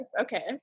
okay